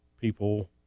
people